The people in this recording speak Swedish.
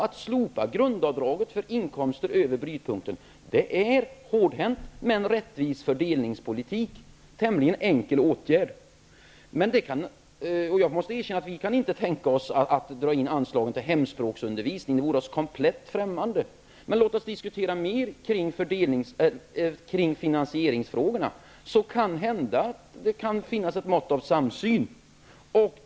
Att slopa grundavdraget för inkomster över brytpunkten är hårdhänt med rättvis fördelningspolitik, en tämligen enkel åtgärd. Jag måste erkänna att vi inte kan tänka oss att dra in anslagen till hemspråksundervisningen. Det vore oss komplett främmande. Men låt oss diskutera mer kring finansieringsfrågorna, så kanhända det kan finnas ett mått av samsyn.